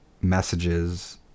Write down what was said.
messages